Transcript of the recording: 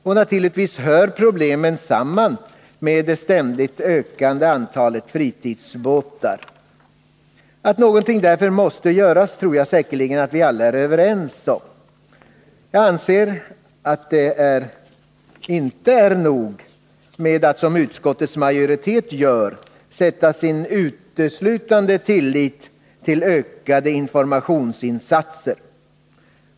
Och naturligtvis hör problemen samman med det ständigt ökande antalet fritidsbåtar. Att någonting därför måste göras tror jag säkerligen att vi alla är överens om. Jag anser att det inte är nog med att — som utskottets majoritet gör — sätta sin lit uteslutande till ökade informationsinsatser.